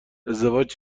ازدواج